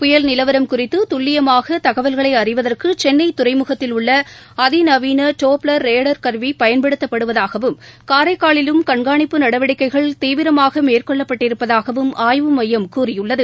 புயல் நிலவரம் குறித்து துல்லியமாக தகவல்களை அறிவதற்கு சென்னை துறைமுகத்தில் உள்ள அதிநவீன டோப்ளர் ரேடார் கருவி பயன்படுத்தப்படுவதாகவும் காரைக்காலிலும் கண்காணிப்பு நடவடிக்கைகள் தீவிரமாக மேற்கொள்ளப் பட்டிருப்பதாகவும் ஆய்வு மையம் கூறியுள்ளது